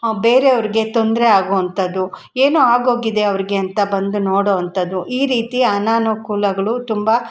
ಬೇರೆಯವ್ರಿಗೆ ತೊಂದರೆ ಆಗೋ ಅಂಥದ್ದು ಏನೋ ಆಗೋಗಿದೆ ಅವ್ರಿಗೆ ಅಂತ ಬಂದು ನೋಡೋ ಅಂಥದ್ದು ಈ ರೀತಿ ಅನನುಕೂಲಗಳು ತುಂಬ